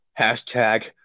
Hashtag